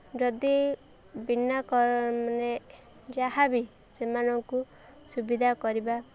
ଯଦି ବିନା ମାନେ ଯାହାବି ସେମାନଙ୍କୁ ସୁବିଧା କରିବା